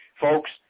Folks